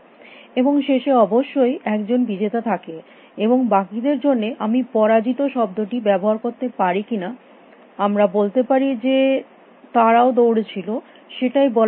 এবং শেষে অবশ্যই একজন বিজেতা থাকে এবং বাকি দের জন্য আমি পরাজিত শব্দটি ব্যবহার করতে পারি কী না আমরা বলতে পারি যে তারাও দৌড়ে ছিল সেটাই বলা ভালো হবে